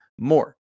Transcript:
more